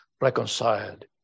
reconciled